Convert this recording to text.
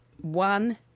one